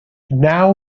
now